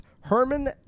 Herman